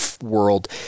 world